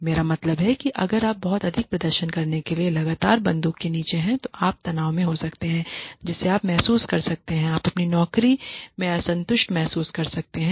मेरा मतलब है कि अगर आप बहुत अधिक प्रदर्शन करने के लिए लगातार बंदूक के नीचे हैं तो आप तनाव में हो सकते हैं जिसे आप महसूस कर सकते हैं आप अपनी नौकरी से असंतुष्ट महसूस कर सकते थे